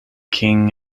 king